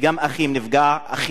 וגם אחיו נפגע,